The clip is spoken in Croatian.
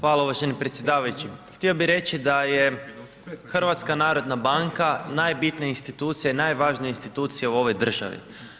Hvala uvaženi predsjedavajući, htio bih reći da je HNB najbitnija institucija i najvažnija institucija u ovoj državi.